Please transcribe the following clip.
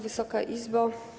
Wysoka Izbo!